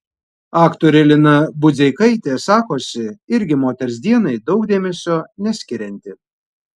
aktorė lina budzeikaitė sakosi irgi moters dienai daug dėmesio neskirianti